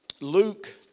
Luke